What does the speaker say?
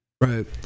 Right